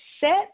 set